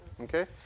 okay